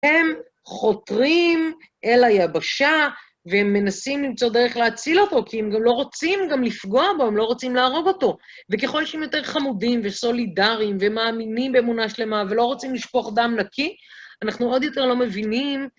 הם חותרים אל היבשה והם מנסים למצוא דרך להציל אותו, כי הם לא רוצים גם לפגוע בו, הם לא רוצים להרוג אותו. וככל שהם יותר חמודים וסולידריים ומאמינים באמונה שלמה ולא רוצים לשפוך דם נקי, אנחנו עוד יותר לא מבינים...